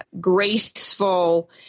graceful